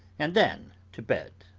and then to bed.